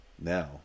Now